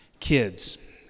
Kids